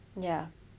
ya